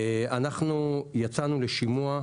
אנחנו יצאנו לשימוע.